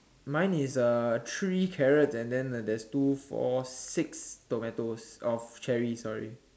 mine is uh three carrots and then there's two four six tomatoes or cherries sorry